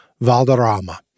Valderrama